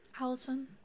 Allison